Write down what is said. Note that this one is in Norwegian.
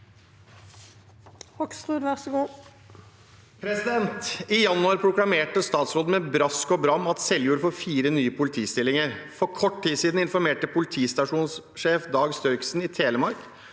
Hoksrud (FrP) «I januar prokla- merte statsråden med brask og bram at Seljord får fire nye politistillinger. For kort tid siden informerte politistasjonssjef Dag Størksen i Telemark